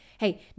Hey